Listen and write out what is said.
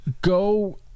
Go